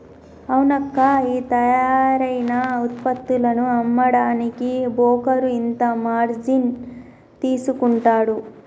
అవునక్కా ఈ తయారైన ఉత్పత్తులను అమ్మడానికి బోకరు ఇంత మార్జిన్ తీసుకుంటాడు